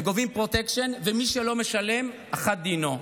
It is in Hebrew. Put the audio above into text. הם גובים פרוטקשן, ומי שלא משלם, אחד דינו,